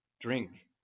Drink